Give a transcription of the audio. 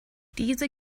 diese